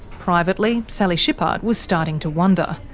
privately sally shipard was starting to wonder.